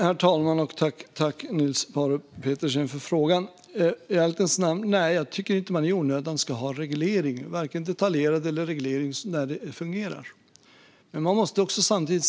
Herr talman! Tack, Niels Paarup-Petersen, för frågan! Nej, i ärlighetens namn tycker jag inte att man i onödan ska ha reglering, vare sig detaljerad reglering eller reglering när något fungerar.